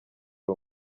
uwo